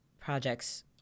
projects